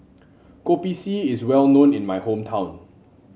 Kopi C is well known in my hometown